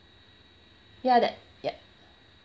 ya that yup